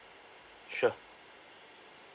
sure